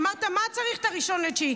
אמרת: מה צריך את 1 בספטמבר?